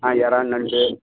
ஆ இறா நண்டு